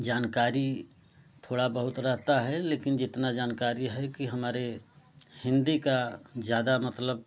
जानकारी थोड़ा बहुत रहता है लेकिन जितना जानकारी है कि हमारे हिंदी का ज़्यादा मतलब